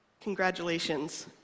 congratulations